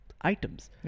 items